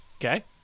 Okay